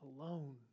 Alone